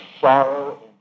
sorrow